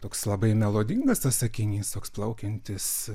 toks labai melodingas tas sakinys toks plaukiantis